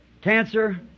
Cancer